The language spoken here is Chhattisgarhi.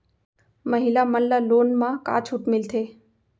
महिला मन ला लोन मा का छूट मिलथे?